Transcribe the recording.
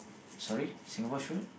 sorry Singapore should